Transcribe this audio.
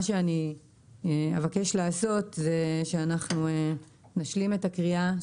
מה שאני אבקש לעשות זה שאנחנו נשלים את הקריאה,